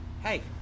hey